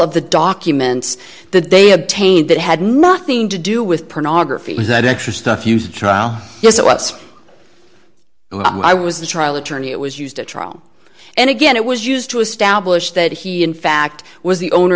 of the documents that they obtained that had nothing to do with pornography that extra stuff use a trial yes it was i was the trial attorney it was used at trial and again it was used to establish that he in fact was the owner